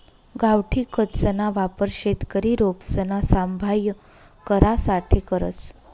गावठी खतसना वापर शेतकरी रोपसना सांभाय करासाठे करस